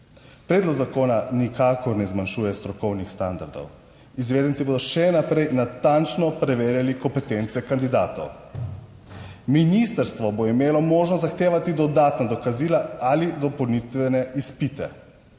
predlog zakona nikakor ne zmanjšuje strokovnih standardov. Izvedenci bodo še naprej natančno preverjali kompetence kandidatov. Ministrstvo bo imelo možnost zahtevati dodatna dokazila ali dopolnitvene izpite.